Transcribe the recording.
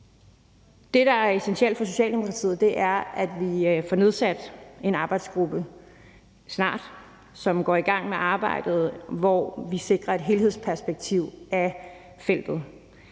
Det, der er essentielt for Socialdemokratiet i dag, er, at vi får nedsat en arbejdsgruppe snart, som går i gang med arbejdet, hvor vi sikrer et helhedsperspektiv på feltet.